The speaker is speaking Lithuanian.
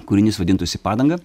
kūrinys vadintųsi padanga